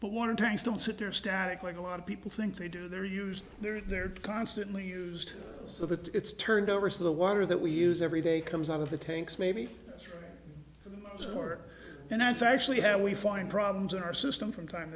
water tanks don't sit there static like a lot of people think they do they're used there they're constantly used so that it's turned over to the water that we use every day comes out of the tanks maybe store and that's actually how we find problems in our system from time